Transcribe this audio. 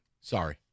Sorry